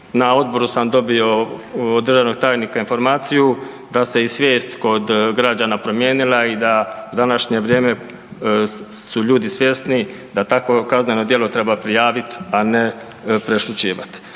na odboru sam dobio od državnog tajnika informaciju da se i svijest kod građana promijenila i da današnje vrijeme su ljudi svjesni da takvo kazneno djelo treba prijavit, a ne prešućivat.